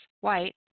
White